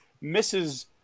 misses